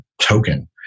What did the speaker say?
token